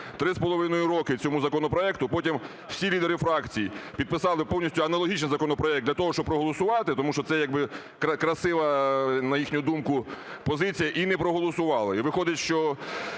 Три з половиною роки цьому законопроекту, потім всі лідери фракцій підписали повністю аналогічний законопроект для того, щоб проголосувати, тому що це як би красива, на їхню думку, позиція, і не проголосували.